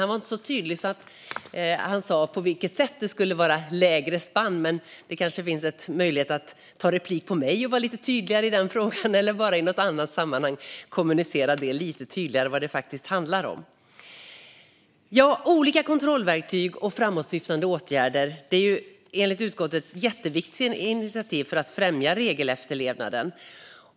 Han var inte så tydlig med på vilket sätt det skulle vara ett lägre spann, men det kanske finns en möjlighet att begära replik här på mig och vara lite tydligare i den frågan eller i något annat sammanhang kommunicera lite tydligare vad det faktiskt handlar om. Olika kontrollverktyg och framåtsyftande åtgärder är enligt utskottet jätteviktiga verktyg för att främja regelefterlevnaden.